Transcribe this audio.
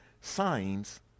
signs